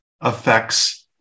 affects